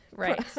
Right